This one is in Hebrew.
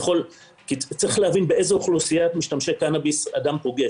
צריך להבין באיזו אוכלוסיית משתמשי קנאביס אדם פוגש.